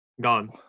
gone